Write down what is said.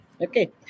Okay